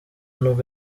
nubwo